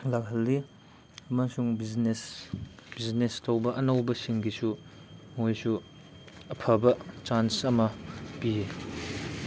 ꯂꯥꯛꯍꯜꯂꯤ ꯑꯃꯁꯨꯡ business business ꯇꯧꯕ ꯑꯅꯧꯕꯁꯤꯡꯒꯤꯁꯨ ꯃꯣꯏꯁꯨ ꯑꯐꯕ ꯆꯥꯟꯁ ꯑꯃ ꯄꯤꯌꯦ